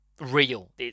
real